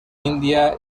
india